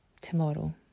tomorrow